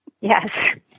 Yes